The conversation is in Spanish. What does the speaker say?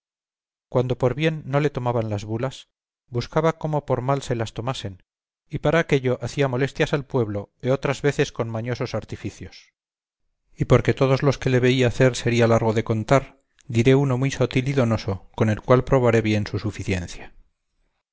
cuando por bien no le tomaban las bulas buscaba cómo por mal se las tomasen y para aquello hacía molestias al pueblo e otras veces con mañosos artificios y porque todos los que le veía hacer sería largo de contar diré uno muy sotil y donoso con el cual probaré bien su suficiencia